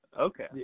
Okay